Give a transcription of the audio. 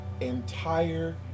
entire